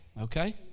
okay